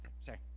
sorry